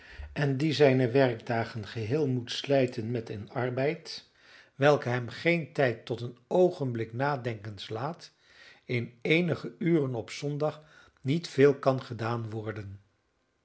en die zijne werkdagen geheel moet slijten met een arbeid welke hem geen tijd tot een oogenblik nadenkens laat in eenige uren op zondag niet veel kan gedaan worden